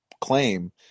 claim